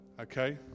Okay